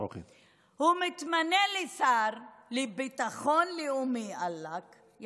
הוא מתמנה לשר לביטחון לאומי עלק,